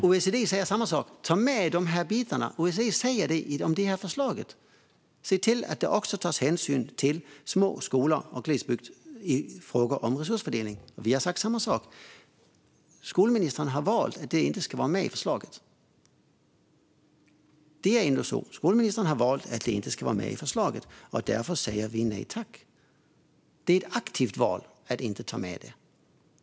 OECD säger samma sak om det här förslaget: Ta med de här bitarna och se till att det också tas hänsyn till små skolor och glesbygd i fråga om resursfördelning. Vi har också sagt det. Skolministern har valt att detta inte ska vara med i förslaget, det är ändå så. Skolministern har valt att det inte ska vara med i förslaget, och därför säger vi nej tack. Det är ett aktivt val att inte ta med det.